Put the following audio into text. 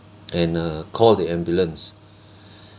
and err call the ambulance